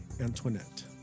Antoinette